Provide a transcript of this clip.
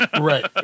Right